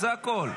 זה הכול,